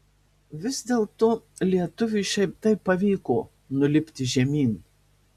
vis dėlto lietuviui šiaip taip pavyko nulipti žemyn